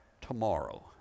tomorrow